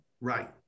right